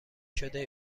شده